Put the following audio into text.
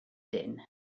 din